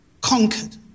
conquered